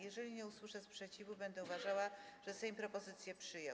Jeżeli nie usłyszę sprzeciwu, będę uważała, że Sejm propozycję przyjął.